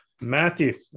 Matthew